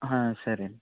సరే అండి